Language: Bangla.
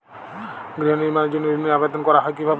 গৃহ নির্মাণের জন্য ঋণের আবেদন করা হয় কিভাবে?